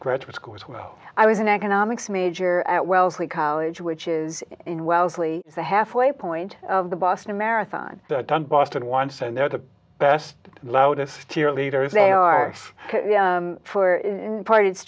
graduate schools when i was an economics major at wellesley college which is in wellesley the halfway point of the boston marathon on boston wants to know the best loudest cheerleaders they are for part